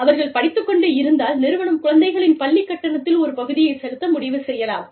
அவர்கள் படித்துக் கொண்டு இருந்தால் நிறுவனம் குழந்தைகளின் பள்ளிக் கட்டணத்தில் ஒரு பகுதியைச் செலுத்த முடிவு செய்யலாம்